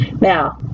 Now